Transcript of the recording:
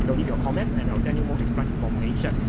you know leave your comments and i will send you more extra information.